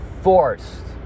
forced